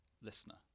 listener